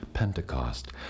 Pentecost